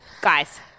Guys